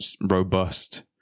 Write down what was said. robust